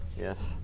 yes